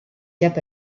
cap